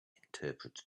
interpret